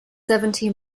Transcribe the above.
seventy